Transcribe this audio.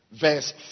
Verse